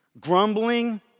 Grumbling